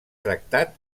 tractat